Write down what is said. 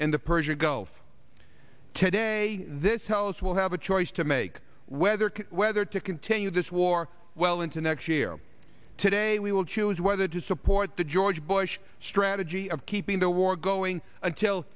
in the persian gulf today this house will have a choice to make whether whether to continue this war well into next year today we will choose whether to support the george bush strategy of keeping the war going until